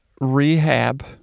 rehab